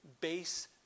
base